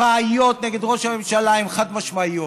הראיות נגד ראש הממשלה הן חד-משמעיות,